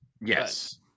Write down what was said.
Yes